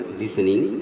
listening